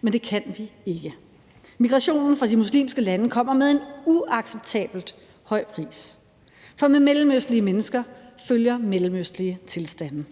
men det kan vi ikke. Migrationen fra de muslimske lande kommer med en uacceptabelt høj pris, for med mellemøstlige mennesker følger mellemøstlige tilstande.